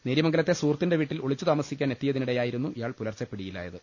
നേര്യമംഗലത്തെ സുഹൃത്തിന്റെ വീട്ടിൽ ഒളിച്ചു താമ സിക്കാൻ എത്തിയ തിനിടെ യാ യി രുന്നു ഇയാൾ പുലർച്ചെ പിടിയിലായത്